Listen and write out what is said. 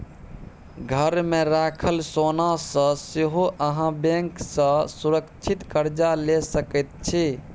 घरमे राखल सोनासँ सेहो अहाँ बैंक सँ सुरक्षित कर्जा लए सकैत छी